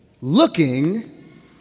Looking